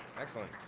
excellent.